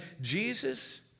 Jesus